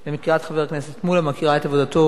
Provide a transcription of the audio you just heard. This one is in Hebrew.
אני מכירה את חבר הכנסת מולה,